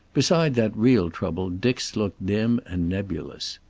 beside that real trouble dick's looked dim and nebulous.